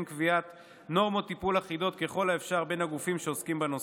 קביעת נורמות טיפול אחידות ככל האפשר בין הגופים שעוסקים בנושא.